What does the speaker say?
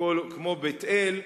כמו בית-אל,